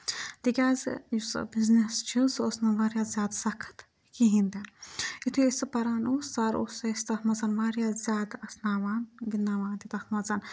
تِکیازِ یُس سۄ بِزنٮِس چھِ سُہ ٲسۍ نہٕ واریاہ زیادٕ سَخت کِہیٖنۍ تہِ یُِتھُے أسۍ سُہ پَران اوس سَر اوس سُہ اَسہِ تَتھ منٛز واریاہ زیادٕ اَسناوان گِنٛدناوان تہِ تَتھ منٛز